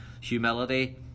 humility